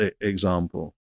example